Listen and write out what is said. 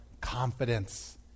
confidence